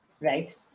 Right